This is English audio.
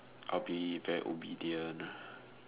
I'll be very obedient ah